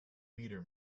meter